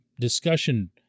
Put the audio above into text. discussion